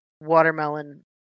watermelon